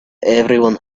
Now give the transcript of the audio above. everyone